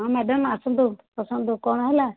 ହଁ ମ୍ୟାଡ଼ାମ ଆସନ୍ତୁ ବସନ୍ତୁ କ'ଣ ହେଲା